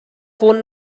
phone